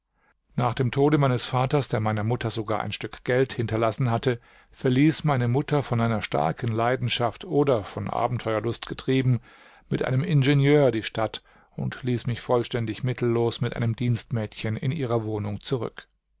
nach dem tode meines vaters der meiner mutter sogar ein stück geld hinterlassen hatte verließ meine mutter von einer starken leidenschaft oder von abenteuerlust getrieben mit einem ingenieur die stadt und ließ mich vollständig mittellos mit einem dienstmädchen in ihrer wohnung zurück